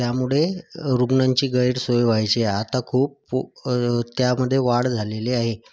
त्यामुळे रुग्णांची गैरसोय व्हायची आता खूप फू त्यामध्ये वाढ झालेली आहे